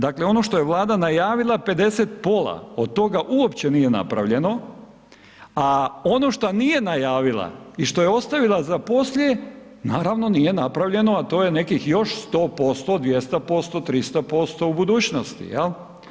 Dakle, ono što je Vlada najavila, 50, pola od toga uopće nije napravljeno, a ono šta nije najavila i što je ostavila za poslije, naravno nije napravljeno, a to je nekih još 100%, 200%, 300% u budućnosti, jel?